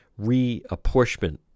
reapportionment